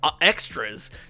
extras